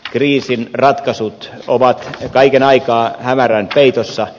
kriisin ratkaisut ovat kaiken aikaa hämärän peitossa